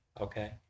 okay